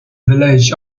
village